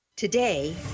Today